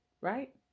right